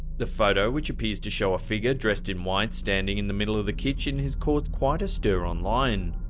the photo, which appears to show a figure dressed in white standing in the middle of the kitchen, has caused quite a stir online.